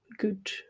good